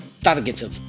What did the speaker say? targeted